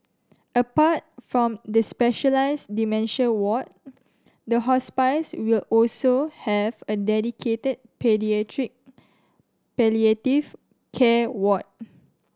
apart from the specialised dementia ward the hospice will also have a dedicated paediatric palliative care ward